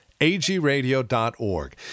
agradio.org